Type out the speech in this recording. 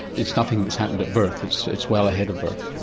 it's nothing that's happened at birth it's it's well ahead of birth?